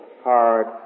hard